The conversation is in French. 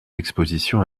expositions